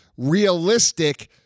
Realistic